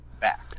back